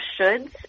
shoulds